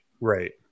Right